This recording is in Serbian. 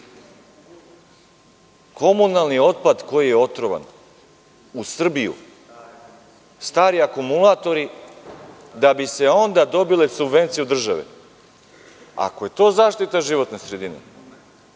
komunalni otpad koji je otrovan u Srbiju, stari akumulatori da bi se onda dobile subvencije od države? Ako je to zaštita životne sredine,